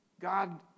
God